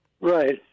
Right